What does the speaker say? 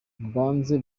mbanze